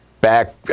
back